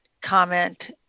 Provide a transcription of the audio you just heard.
comment